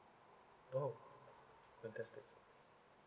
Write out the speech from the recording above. oh fantastic